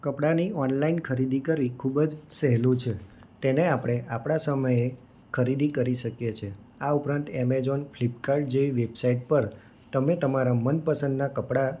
કપડાંની ઓનલાઈન ખરીદી કરવી ખૂબ જ સહેલું છે તેને આપણે આપણા સમયે ખરીદી કરી શકીએ છીએ આ ઉપરાંત એમેજોન ફિલપકાટ જેવી વેબસાઇટ પર તમે તમારા મનપસંદનાં કપડાં